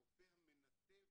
הרופא המנתב